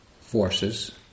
forces